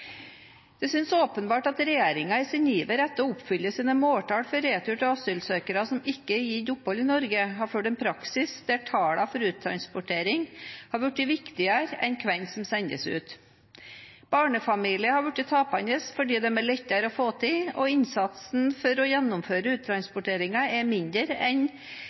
Det synes åpenbart at regjeringen i sin iver etter å oppfylle sine måltall for retur av asylsøkere som ikke er gitt opphold i Norge, har fulgt en praksis der tallene for uttransportering har blitt viktigere enn hvem som sendes ut. Barnefamilier er blitt tapende fordi de er lettere å få tak i, og innsatsen for å gjennomføre uttransporteringen er mindre enn